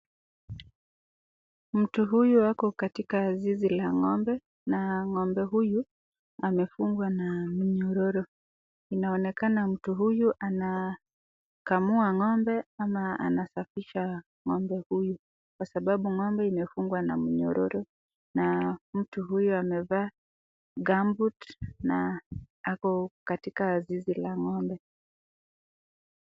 Mtu huyu ako Kwa zizi la ngo'mbe na ngo'mbe huyu amefungiwa na mnyororo inaonekana mtu huyu anakamua ngo'mbe ama anasafisha ngo'mbe huyu Kwa sababu ngo'mbe anafungwa na mnyororona mtu huyu amefaa kamboot na ako katika zizi la ngo'mbe.